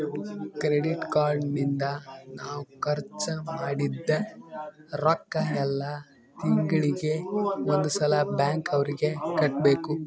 credit card ನಿಂದ ನಾವ್ ಖರ್ಚ ಮದಿದ್ದ್ ರೊಕ್ಕ ಯೆಲ್ಲ ತಿಂಗಳಿಗೆ ಒಂದ್ ಸಲ ಬ್ಯಾಂಕ್ ಅವರಿಗೆ ಕಟ್ಬೆಕು